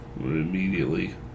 Immediately